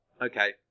okay